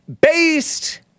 based